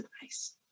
advice